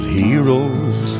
heroes